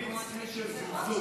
מביא צליל של זלזול.